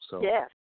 Yes